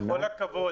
בכל הכבוד,